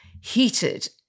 heated